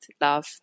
love